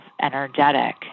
energetic